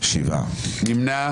מי נמנע?